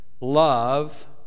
Love